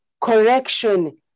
correction